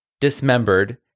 dismembered